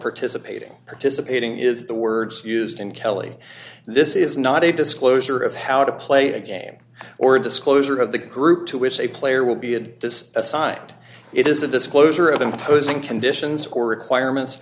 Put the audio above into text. participating participating is the words used in kelley this is not a disclosure of how to play the game or disclosure of the group to which a player will be at this assigned it is a disclosure of imposing conditions or requirements